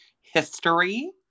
history